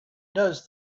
does